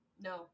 No